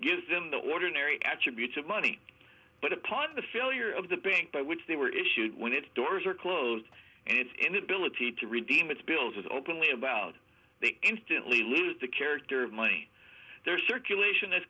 gives them the ordinary attributes of money but upon the failure of the bank by which they were issued when its doors are closed and its inability to redeem its bills is openly about they instantly lose the character of money their circulation